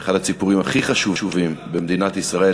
אחד הציבורים הכי חשובים במדינת ישראל,